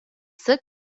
sık